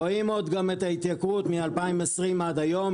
רואים עוד גם את ההתייקרות מ-2020 עד היום,